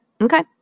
Okay